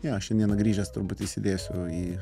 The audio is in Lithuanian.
jo šiandieną grįžęs turbūt įsidėsiu į